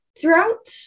Throughout